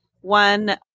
one